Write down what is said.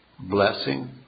blessing